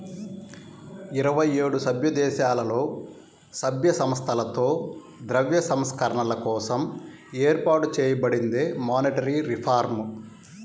ఇరవై ఏడు సభ్యదేశాలలో, సభ్య సంస్థలతో ద్రవ్య సంస్కరణల కోసం ఏర్పాటు చేయబడిందే మానిటరీ రిఫార్మ్